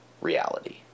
reality